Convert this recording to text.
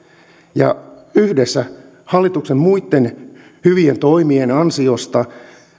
ja yhdessä hallituksen muitten hyvien toimien ansiosta